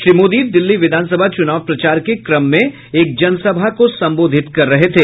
श्री मोदी दिल्ली विधानसभा चुनाव प्रचार के क्रम में एक जन सभा को संबोधित कर रहे थे